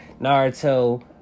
naruto